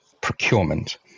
procurement